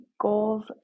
goals